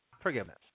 forgiveness